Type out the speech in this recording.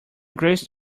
grace